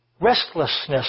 Restlessness